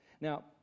Now